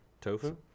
Tofu